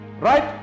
Right